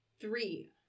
Three